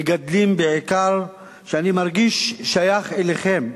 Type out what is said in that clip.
מגדלים בעיקר, שאני מרגיש שייך אליכם,